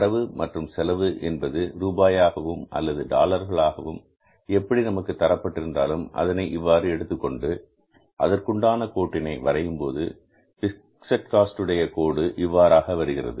வரவு மற்றும் செலவு என்பது ரூபாயாகவும் அல்லது டாலர்களாக எப்படி நமக்கு தரப்பட்டிருந்தாலும் அதனை இவ்வாறு எடுத்துக்கொண்டு அதற்குண்டான கோட்டினை வரையும்போது பிக்ஸட் காஸ்ட் உடைய கோடு இவ்வாறாக வருகிறது